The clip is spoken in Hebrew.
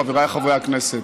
חבריי חברי הכנסת,